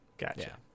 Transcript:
Gotcha